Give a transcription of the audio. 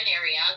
area